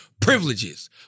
privileges